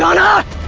ah not